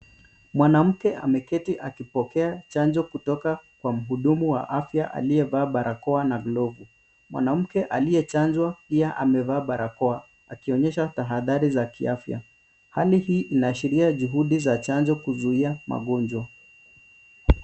Mwanamke ameketi akipokea chanjo kutoka kwa mhudumu wa afya aliyevaa barakoa na glovu. Mwanamke aliyechanjwa pia amevaa barakoa, akionyesha tahadhari za kiafya. Hali hii inaashiria juhudi za chanjo kuzuia magonjwa.